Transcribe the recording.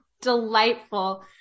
delightful